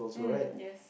mm yes